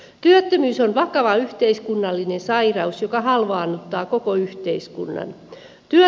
työttömyys on vakava yhteiskunnallinen sairaus joka halvaannuttaa koko yhteiskunnan